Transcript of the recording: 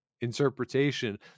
interpretation